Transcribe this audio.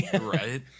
Right